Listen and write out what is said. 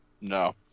No